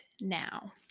now